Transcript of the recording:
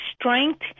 strength